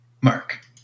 mark